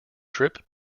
trip